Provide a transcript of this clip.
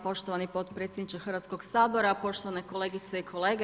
Poštovani potpredsjedniče Hrvatskog sabora, poštovane kolegice i kolege.